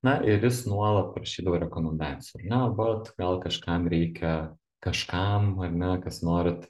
na ir jis nuolat prašydavo rekomendacijų ar ne vat gal kažkam reikia kažkam ar ne kas norit